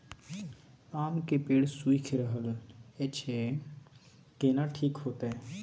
आम के पेड़ सुइख रहल एछ केना ठीक होतय?